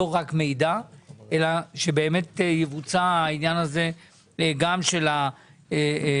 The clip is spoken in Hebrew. ולא רק מידע ושבאמת יבוצע העניין גם של הפיתוח,